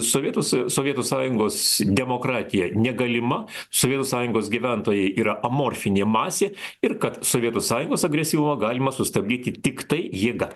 sovietų sovietų sąjungos demokratija negalima sovietų sąjungos gyventojai yra amorfinė masė ir kad sovietų sąjungos agresyvumą galima sustabdyti tiktai jėga